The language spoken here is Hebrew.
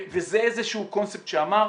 וזה איזשהו קונספט שאמר,